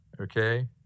okay